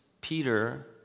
peter